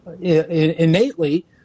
innately